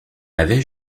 avait